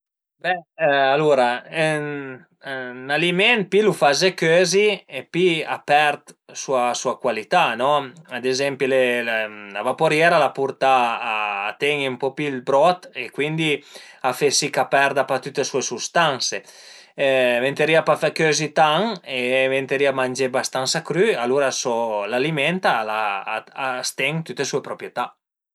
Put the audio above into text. Alura ün aliment pi lu faze cözi e pi a perd sua cualità no, ad ezempi la vapuriera al a purtà a ten-i ën po pi ël brot, cuindi a fe si ch'a perda pa tüte sue sustanse, vënterìa pa fe cözi tan e vënterìa mangé bastansa crü alura so, l'aliment al a, a s'ten tüte sue proprietà